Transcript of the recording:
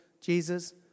Jesus